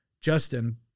Justin